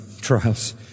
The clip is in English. trials